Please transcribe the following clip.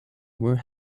were